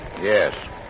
Yes